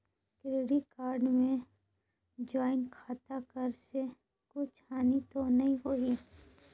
Credit card मे joint खाता कर से कुछ हानि तो नइ होही?